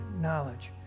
knowledge